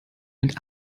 mit